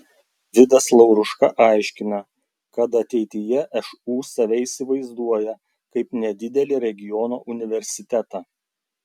vidas lauruška aiškina kad ateityje šu save įsivaizduoja kaip nedidelį regiono universitetą